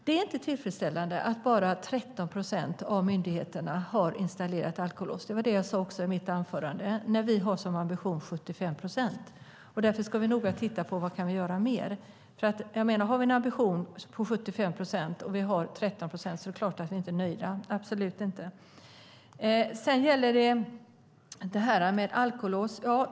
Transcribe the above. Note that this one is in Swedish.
Det är inte tillfredsställande att bara 13 procent av myndigheterna har installerat alkolås - det sade jag också i mitt anförande - när vi har 75 procent som ambition. Därför ska vi noga titta på vad vi kan göra mer. Har vi en ambition på 75 procent och det är 13 procent i dag är det klart att vi inte är nöjda - absolut inte. Sedan har vi detta med alkolås.